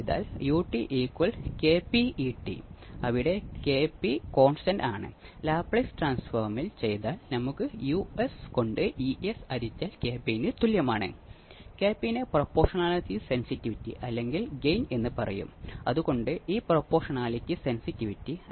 അതിനാൽ നൂറ്റി എൺപത് ഡിഗ്രി ഫേസ് ഷിഫ്റ്റിനെ ഇത് സീറോ അല്ലെങ്കിൽ മുന്നുറ്റിഅറുപതു ഡിഗ്രി ഫേസ് ഷിഫ്റ്റായി മാറുന്നു